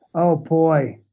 oh, boy.